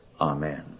Amen